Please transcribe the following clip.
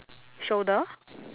shoulder